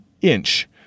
inch